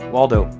Waldo